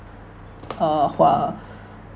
err